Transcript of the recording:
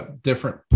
different